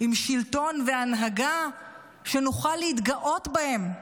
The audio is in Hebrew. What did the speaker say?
עם שלטון והנהגה שנוכל להתגאות בהם,